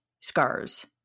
scars